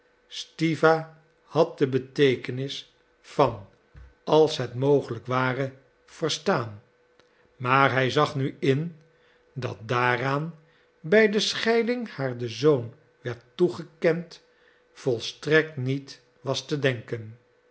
stiwa had de beteekenis van dit als het mogelijk ware verstaan maar hij zag nu in dat daaraan dat bij de scheiding haar de zoon werd toegekend volstrekt niet was te denken